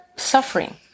suffering